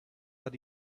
but